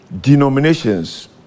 denominations